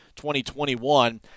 2021